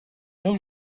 meu